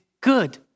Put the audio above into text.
good